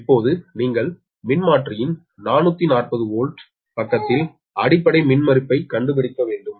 இப்போது நீங்கள் மின்மாற்றியின் 440 வோல்ட் பக்கத்தில் அடிப்படை மின்மறுப்பைக் கண்டுபிடிக்க வேண்டும்